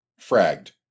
fragged